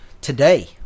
today